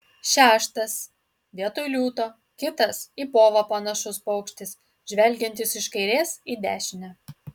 šeštas vietoj liūto kitas į povą panašus paukštis žvelgiantis iš kairės į dešinę